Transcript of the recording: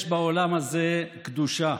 יש בעולם הזה קדושה.